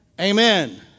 Amen